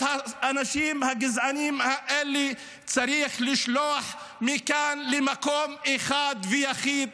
את האנשים הגזענים האלה צריך לשלוח מכאן למקום אחד ויחיד,